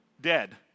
dead